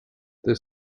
the